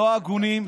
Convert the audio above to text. לא הגונים,